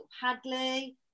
Hadley